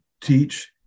teach